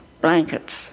blankets